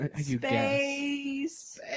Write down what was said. Space